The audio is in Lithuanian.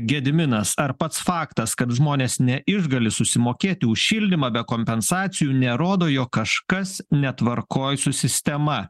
gediminas ar pats faktas kad žmonės neišgali susimokėti už šildymą be kompensacijų nerodo jog kažkas netvarkoj su sistema